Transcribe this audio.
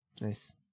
nice